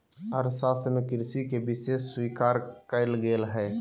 अर्थशास्त्र में कृषि के विशेष स्वीकार कइल गेल हइ